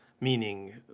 meaning